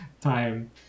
time